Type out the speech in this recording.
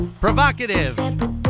Provocative